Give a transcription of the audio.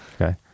okay